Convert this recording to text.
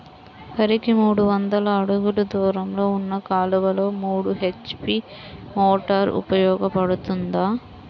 వరికి మూడు వందల అడుగులు దూరంలో ఉన్న కాలువలో మూడు హెచ్.పీ మోటార్ ఉపయోగపడుతుందా?